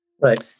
Right